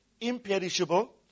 imperishable